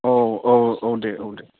औ औ औ दे औ दे